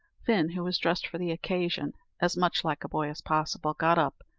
fin, who was dressed for the occasion as much like a boy as possible, got up,